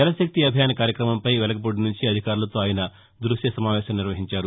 జలశక్తి అభియాన్ కార్యక్రమంపై వెలగపూడి నుంచి అధికారులతో ఆయన నిన్న దృశ్య సమావేశం నిర్వహించారు